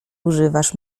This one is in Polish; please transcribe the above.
używasz